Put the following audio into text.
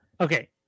Okay